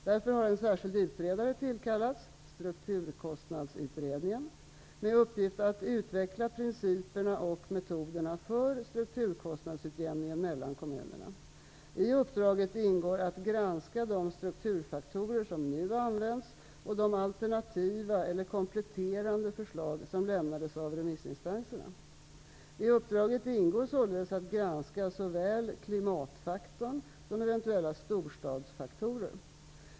Därför har en särskild utredare tillkallats med uppgift att utveckla principerna och metoderna för strukturkostnadsutjämningen mellan kommunerna. I uppdraget ingår att granska de strukturfaktorer som nu används och de alternativa eller kompletterande förslag som lämnades av remissinstanserna. I uppdraget ingår således att granska såväl ''klimatfaktorn'' som eventuella ''storstadsfaktorer''.